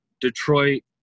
Detroit